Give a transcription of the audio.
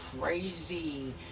crazy